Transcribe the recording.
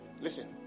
listen